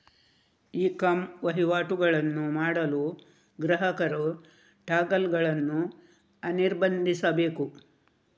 E com ವಹಿವಾಟುಗಳನ್ನು ಮಾಡಲು ಗ್ರಾಹಕರು ಟಾಗಲ್ ಗಳನ್ನು ಅನಿರ್ಬಂಧಿಸಬೇಕು